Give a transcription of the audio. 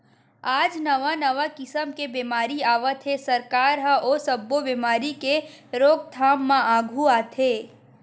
आज नवा नवा किसम के बेमारी आवत हे, सरकार ह ओ सब्बे बेमारी के रोकथाम म आघू आथे